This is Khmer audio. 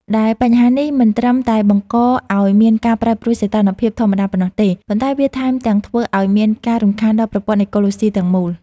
ដែលបញ្ហានេះមិនត្រឹមតែបង្កឱ្យមានការប្រែប្រួលសីតុណ្ហភាពធម្មតាប៉ុណ្ណោះទេ ប៉ុន្តែវាថែមទាំងធ្វើឱ្យមានការរំខានដល់ប្រព័ន្ធអេកូឡូស៊ីទាំងមូល។